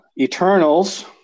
Eternals